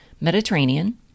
Mediterranean